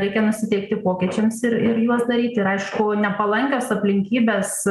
reikia nusiteikti pokyčiams ir ir juos daryti aišku nepalankios aplinkybės